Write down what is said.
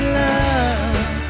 love